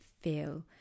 feel